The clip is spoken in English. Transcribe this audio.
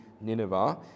Nineveh